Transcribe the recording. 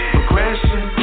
Progression